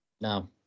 No